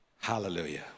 Hallelujah